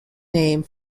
name